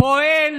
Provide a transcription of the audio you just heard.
פועל